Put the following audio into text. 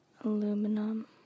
aluminum